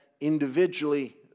individually